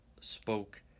spoke